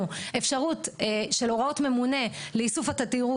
אפשרות של הוראות מממונה לאיסוף התדירות,